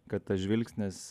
kad tas žvilgsnis